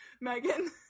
Megan